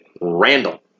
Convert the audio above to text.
Randall